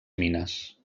mines